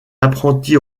apprenti